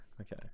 okay